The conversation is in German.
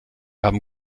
haben